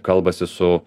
kalbasi su